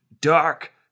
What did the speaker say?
dark